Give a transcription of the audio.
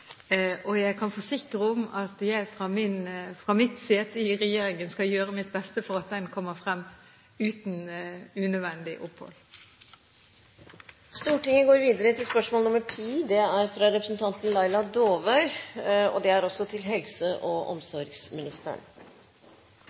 Jeg kan forsikre om at jeg fra mitt sete i regjeringen skal gjøre mitt beste for at den kommer frem uten unødvendig opphold. Jeg tillater meg å stille følgende spørsmål til helse- og omsorgsministeren: «Mange rusmiddelavhengige har en traumatisert oppveksthistorie. De trenger et helhetlig og langvarig behandlingsopplegg som kan møte både avhengigheten og